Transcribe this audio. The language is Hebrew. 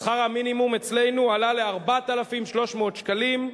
שכר המינימום אצלנו עלה ל-4,300 שקלים.